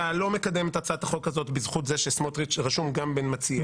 אתה לא מקדם את הצעת החוק הזאת בזכות זה שסמוטריץ' רשום גם בין מציעיה.